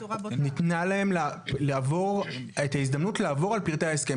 ניתנה להם ההזדמנות לעבור על פרטי ההסכם?